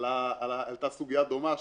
עלתה סוגיה דומה,